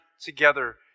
together